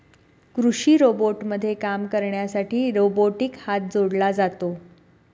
कृषी रोबोटमध्ये काम करण्यासाठी रोबोटिक हात जोडला जातो